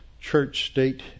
church-state